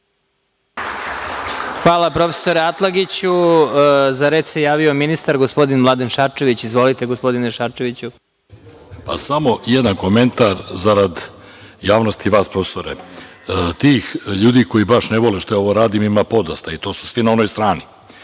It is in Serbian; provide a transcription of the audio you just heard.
Hvala, profesore Atlagiću.Za reč se javio ministar gospodin Mladen Šarčević. Izvolite, gospodine Šarčeviću. **Mladen Šarčević** Samo jedan komentar zarad javnosti i vas profesore. Tih ljudi koji baš ne vole što ovo radim ima podosta, i to su svi na onoj strani.